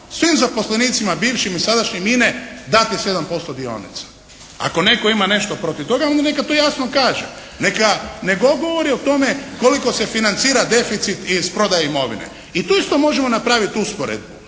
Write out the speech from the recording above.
svim zaposlenicima bivšim i sadašnjim INA-e dati 7% dionica. Ako netko ima nešto protiv toga, onda neka to jasno kaže. Neka ne govori o tome koliko se financira deficit iz prodaje imovine i tu isto možemo napraviti usporedbu.